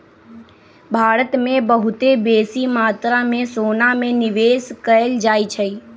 भारत में बहुते बेशी मत्रा में सोना में निवेश कएल जाइ छइ